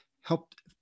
helped